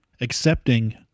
accepting